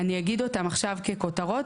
אני אגיד אותם עכשיו ככותרות,